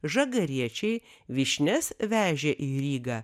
žagariečiai vyšnias vežė į rygą